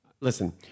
listen